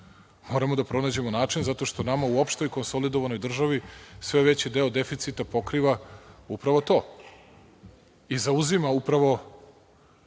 Moramo da pronađemo način zato što nama u opštoj konsolidovanoj državi sve veći deo deficita pokriva upravo to i zauzima upravo